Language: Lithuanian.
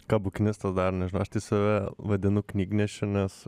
ką bukinistas daro nežinau aš tai save vadinu knygnešiu nes